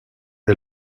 est